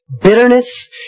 bitterness